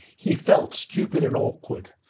he felt stupid and awkward,